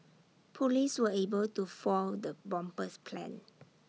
Police were able to foil the bomber's plans